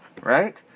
right